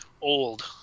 Old